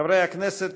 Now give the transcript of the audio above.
חברי הכנסת,